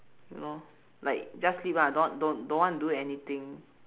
you know like just sleep lah don't don't don't want to do anything